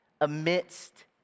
amidst